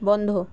বন্ধ